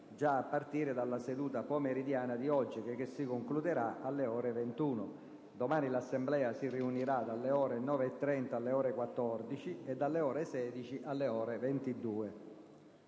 già a partire dalla seduta pomeridiana di oggi, che si concluderà alle ore 21; domani l'Assemblea si riunirà dalle ore 9,30 alle ore 14 e dalle ore 16 alle ore 22.